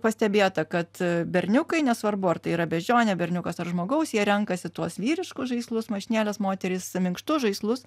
pastebėta kad berniukai nesvarbu ar tai yra beždžionė berniukas ar žmogaus jie renkasi tuos vyriškus žaislus mašinėles moterys minkštus žaislus